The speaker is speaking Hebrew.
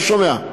אני לא שומע.